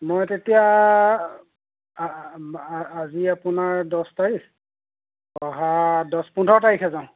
মই তেতিয়া আজি আপোনাৰ দহ তাৰিখ অহা দহ পোন্ধৰ তাৰিখে যাওঁ